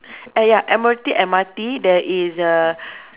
ah ya Admiralty M_R_T there is a